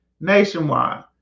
nationwide